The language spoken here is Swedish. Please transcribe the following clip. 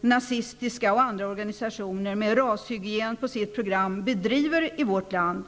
nazistiska och andra organisationer med rashygien i sina program bedriver i vårt land.